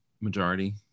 majority